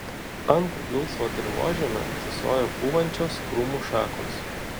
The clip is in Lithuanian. ant dulsvo dirvožemio tysojo pūvančios krūmų šakos